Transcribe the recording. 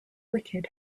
wicked